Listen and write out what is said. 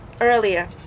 earlier